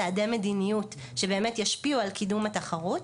צעדי מדיניות שבאמת ישפיעו על קידום התחרות.